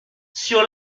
sur